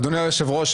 אדוני היושב-ראש,